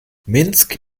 minsk